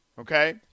okay